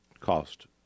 cost